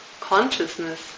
consciousness